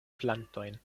plantojn